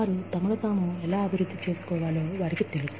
వారు తమను తాము ఎలా అభివృద్ధి చేసుకోవాలో వారికి ఎలా తెలుసు